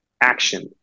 action